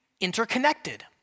interconnected